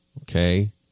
Okay